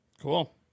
Cool